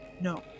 no